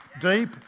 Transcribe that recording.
Deep